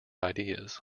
ideas